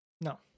No